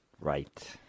Right